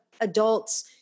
adults